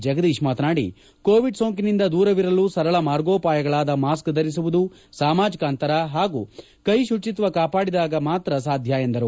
ಜಗದೀಶ್ ಮಾತನಾಡಿ ಕೋವಿಡ್ ಸೋಂಕಿನಿಂದ ದೂರವಿರಲು ಸರಳ ಮಾರ್ಗೋಪಾಯಗಳಾದ ಮಾಸ್ಕ್ ಧರಿಸುವುದು ಸಾಮಾಜಿಕ ಅಂತರ ಹಾಗೂ ಕೈ ಶುಚಿತ್ವ ಕಾಪಾಡಿದಾಗ ಸಾಧ್ಯ ಎಂದು ಹೇಳಿದರು